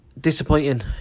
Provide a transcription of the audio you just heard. disappointing